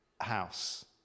house